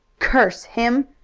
curse him!